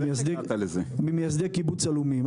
ממייסדי קיבוץ עלומים.